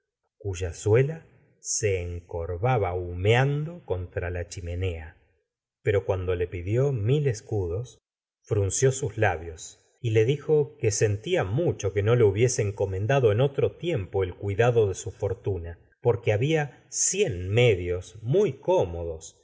cuya suela se encorvj ba humeando contra la chimenea pero cuando le pidió mil escudos frunció sus labios y le dijo que sentía mucho que no le hubiese encomendado en otro tiempo el cuidado de su for gustavo plaubert tuna porque había cien medios muy cómodos